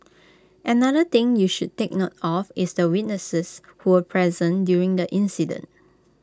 another thing you should take note of is the witnesses who were present during the incident